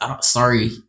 sorry